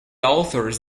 authors